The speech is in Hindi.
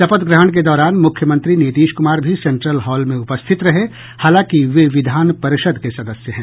शपथ ग्रहण के दौरान मुख्यमंत्री नीतीश कुमार भी सेन्ट्रल हॉल में उपस्थित रहे हालांकि वे विधान परिषद् के सदस्य हैं